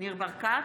ניר ברקת,